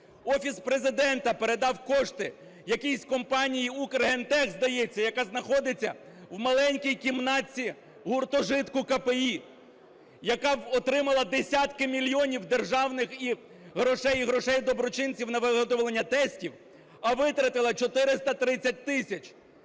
Офіс Президента передав кошти якійсь компанії, "Укрмедтест", здається, яка знаходиться у маленькій кімнатці гуртожитку КПІ, яка отримала десятки мільйонів державних грошей і грошей доброчинців на виготовлення тестів, а витратила 430 тисяч.